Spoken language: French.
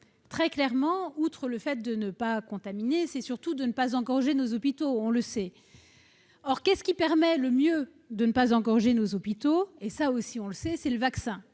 très clairement, outre le fait de ne pas contaminer, c'est surtout de ne pas engorger nos hôpitaux, on le sait, or qu'est ce qui permet le mieux de ne pas engorger nos hôpitaux et ça aussi on le sait, c'est le vaccin